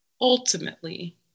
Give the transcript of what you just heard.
ultimately